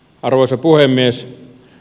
arvoisa puhemies